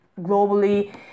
globally